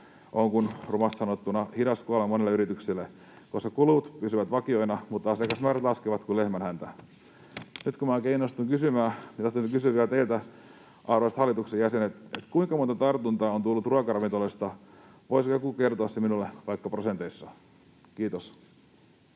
on kuin, rumasti sanottuna, hidas kuolema monille yrityksille, koska kulut pysyvät vakioina mutta asiakasmäärät laskevat kuin lehmän häntä? Nyt kun minä oikein innostuin kysymään, niin tahtoisin vielä kysyä teiltä, arvoisat hallitukset jäsenet, kuinka monta tartuntaa on tullut ruokaravintoloista. Voisiko joku kertoa sen minulle vaikka prosenteissa? — Kiitos.